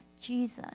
Jesus